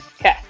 Okay